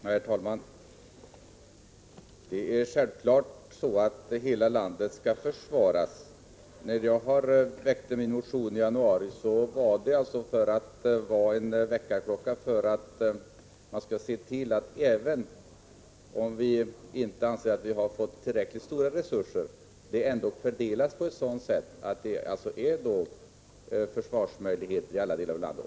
Herr talman! Självfallet skall hela landet försvaras. Jag väckte min motion i januari för att vara en väckarklocka, för att se till, att även om vi inte anser att försvaret har fått tillräckliga resurser, dessa ändå fördelas så att det finns försvarsmöjligheter i alla delar av landet.